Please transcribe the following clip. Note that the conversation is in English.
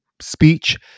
speech